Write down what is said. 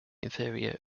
inferior